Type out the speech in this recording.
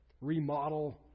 remodel